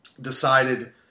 decided